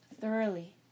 thoroughly